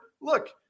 Look